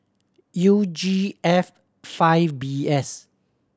U G F five B S